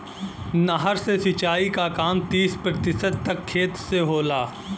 नहर से सिंचाई क काम तीस प्रतिशत तक खेत से होला